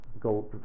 go